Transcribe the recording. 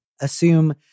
assume